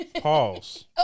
Pause